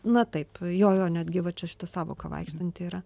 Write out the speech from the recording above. na taip jo jo netgi va čia šita sąvoka vaikštanti yra